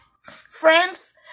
Friends